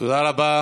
תודה רבה.